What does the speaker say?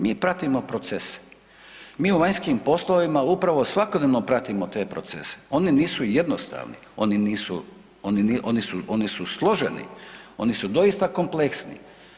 Mi pratimo proces, mi u vanjskim poslovima upravo svakodnevno pratimo te procese, oni nisu jednostavni, oni su složeni, one su doista kompleksni.